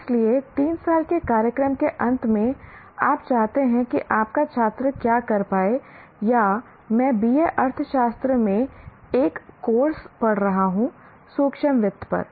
इसलिए 3 साल के कार्यक्रम के अंत में आप चाहते हैं कि आपका छात्र क्या कर पाए या मैं BA अर्थशास्त्र में एक कोर्स पढ़ा रहा हूं सूक्ष्म वित्त पर